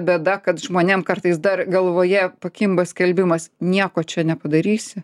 bėda kad žmonėm kartais dar galvoje pakimba skelbimas nieko čia nepadarysi